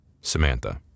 Samantha